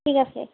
ঠিক আছে